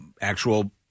actual